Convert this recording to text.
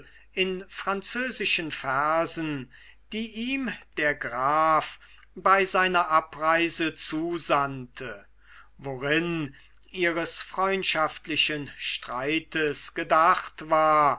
in französischen versen die ihm der graf bei seiner abreise zusandte worin ihres freundschaftlichen streites gedacht war